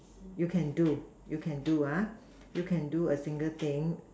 you can do you can do ah you can do a single thing